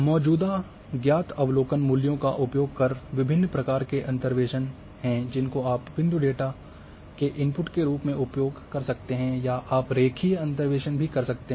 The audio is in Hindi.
मौजूदा ज्ञात अवलोकन मूल्यों का उपयोग कर विभिन्न प्रकार के अंतर्वेसन हैं जिनको आप बिंदु डेटा के इनपुट के रूप में उपयोग कर सकते हैं या आप रेखीय अंतर्वेसन भी कर सकते हैं